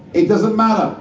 it doesn't matter